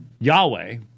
Yahweh